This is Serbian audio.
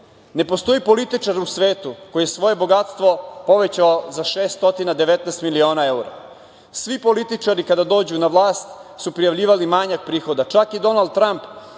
postoji političar u svetu koji je svoje bogatstvo povećao za 619 miliona evra. Svi političari kada dođu na vlast su prijavljivali manjak prihoda, čak i Donald Tramp